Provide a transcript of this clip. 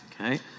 Okay